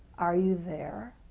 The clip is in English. are you there?